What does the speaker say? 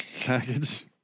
package